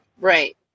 right